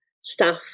staff